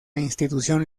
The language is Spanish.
institución